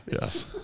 Yes